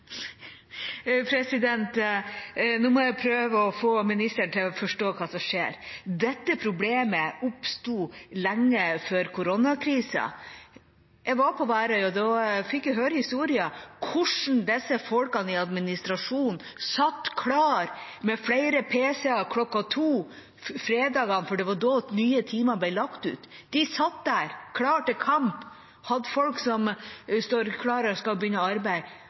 må prøve å få ministeren til å forstå hva som skjer. Dette problemet oppsto lenge for koronakrisen. Jeg var på Værøy, og da fikk jeg høre historier om hvordan folk i administrasjonen satt klare med flere pc-er kl. 14 på fredagene, for det var da nye timer ble lagt ut. De satt der klare til kamp, hadde folk som sto klare til å begynne